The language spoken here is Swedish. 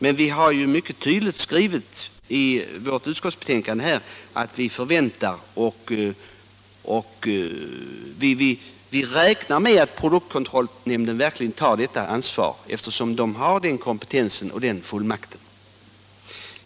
Det står ju mycket tydligt skrivet i utskottsbetänkandet att vi räknar med att produktkontrollnämnden verkligen tar detta ansvar eftersom nämnden har den kompetensen och den fullmakten.